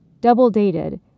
double-dated